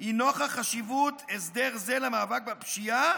היא "נוכח חשיבות הסדר זה למאבק בפשיעה